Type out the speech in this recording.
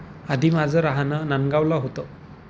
आधी माझं राहणं नांदगावला होतं